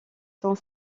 sont